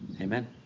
Amen